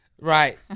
Right